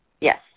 Yes